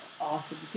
awesome